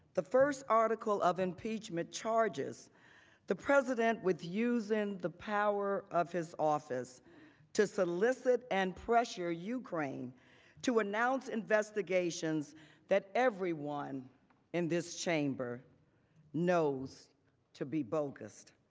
the first article of impeachment charges the president was using the power of his office to solicit and pressure ukraine to announce investigations that everyone in this chamber knows to be bogus.